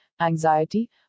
anxiety